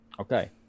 okay